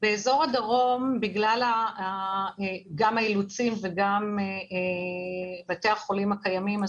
באזור זה בגלל האילוצים ובתי החולים הקיימים,